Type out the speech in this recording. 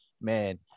man